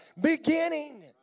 beginning